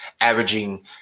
averaging